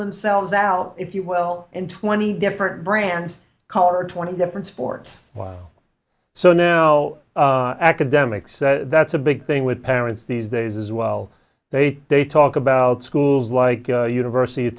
themselves out if you well and twenty different brands color twenty different sports so no academics that's a big thing with parents these days as well they they talk about schools like university of